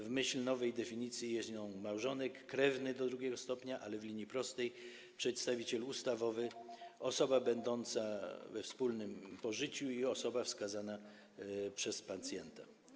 W myśl nowej definicji jest nią małżonek, krewny do drugiego stopnia, ale w linii prostej, przedstawiciel ustawowy, osoba będąca we wspólnym pożyciu i osoba wskazana przez pacjenta.